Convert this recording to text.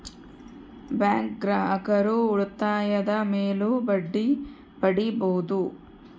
bank ಗ್ರಾಹಕರು ಉಳಿತಾಯದ ಮೇಲೂ ಬಡ್ಡಿ ಪಡೀಬಹುದು